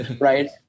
right